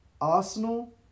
Arsenal